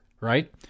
right